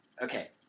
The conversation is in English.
Okay